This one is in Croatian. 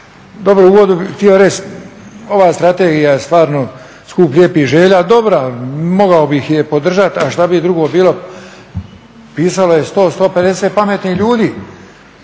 dobro u uvodu bih htio reći ova strategija je stvarno skup lijepih želja, dobro mogao bih je podržati, a šta bi drugo bilo, pisalo je 100, 150 pametnih ljudi.